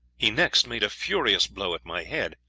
he next made a furious blow at my head,